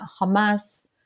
Hamas